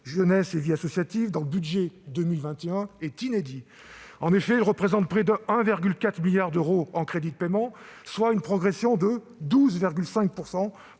jeunesse et vie associative » dans le budget pour 2021 est inédit. En effet, il représente près de 1,4 milliard d'euros en crédits de paiement, soit une progression de 12,5